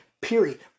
period